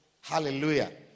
Hallelujah